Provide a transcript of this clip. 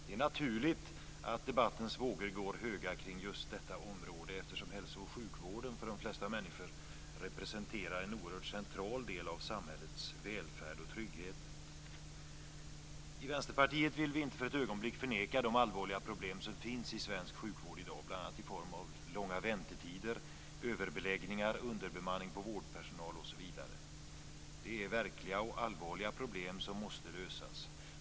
Det är naturligt att debattens vågor går höga kring just detta område, eftersom hälso och sjukvården för de flesta människor representerar en oerhört central del av samhällets välfärd och trygghet. Vi i Vänsterpartiet vill inte för ett ögonblick förneka de allvarliga problem som finns i svensk sjukvård i dag, bl.a. i form av långa väntetider, överbeläggningar, underbemanning när det gäller vårdpersonal osv. Det är verkliga och allvarliga problem som måste lösas.